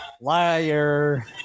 Liar